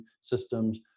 systems